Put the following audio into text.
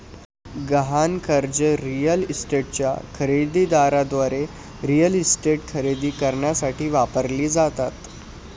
गहाण कर्जे रिअल इस्टेटच्या खरेदी दाराद्वारे रिअल इस्टेट खरेदी करण्यासाठी वापरली जातात